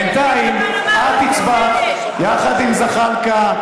בינתיים את הצבעת יחד עם זחאלקה,